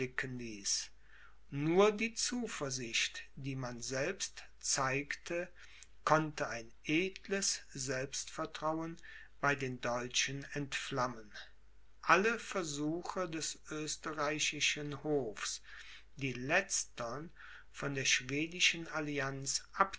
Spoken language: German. nur die zuversicht die man selbst zeigte konnte ein edles selbstvertrauen bei den deutschen entflammen alle versuche des österreichischen hofs die letztern von der schwedischen allianz